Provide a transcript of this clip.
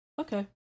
Okay